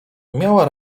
miała